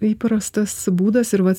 įprastas būdas ir vat